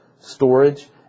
storage